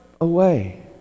away